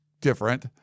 different